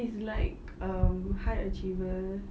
it's like um high achiever